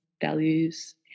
values